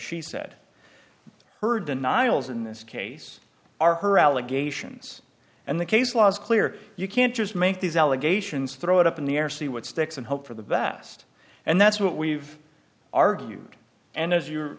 she said heard the nile's in this case are her allegations and the case law is clear you can't just make these allegations throw it up in the air see what sticks and hope for the vast and that's what we've argued and as you